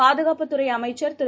பாதுகாப்புத் துறைஅமைச்சர் திரு